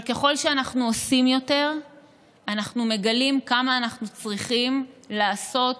אבל ככל שאנחנו עושים יותר אנחנו מגלים כמה אנחנו צריכים לעשות